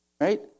Right